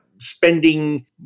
spending